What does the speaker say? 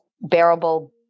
Bearable